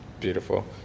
Beautiful